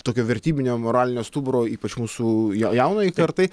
tokio vertybinio moralinio stuburo ypač mūsų jaunajai kartai